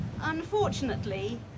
unfortunately